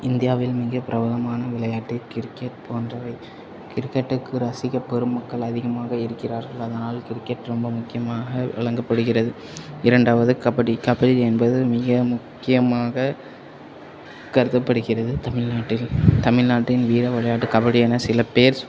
இந்தியாவில் மிக பிரபலமான விளையாட்டு கிரிக்கெட் போன்றவை கிரிக்கெட்டுக்கு ரசிக பெருமக்கள் அதிகமாக இருக்கிறார்கள் அதனால் கிரிக்கெட் ரொம்ப முக்கியமாக விளங்கப்படுகிறது இரண்டாவது கபடி கபடி என்பது மிக முக்கியமாக கருதப்படுகிறது தமிழ்நாட்டில் தமிழ்நாட்டின் வீர விளையாட்டு கபடி என சிலப்பேர்